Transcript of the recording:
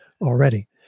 already